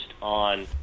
on